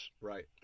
Right